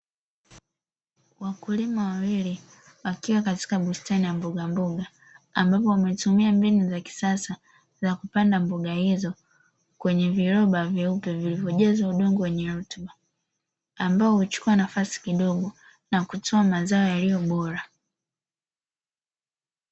Wakulima wawili wakiwa katika bustani ya mbogamboga, ambapo wametumia mbinu za kisasa za kupanda mboga hizo kwenye viroba vyeupe vilivyojaza udongo wenye rutuba, ambao huchukua nafasi kidogo na kutoa mazao yaliyo bora.